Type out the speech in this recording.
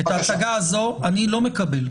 את ההצגה הזו אני לא מקבל.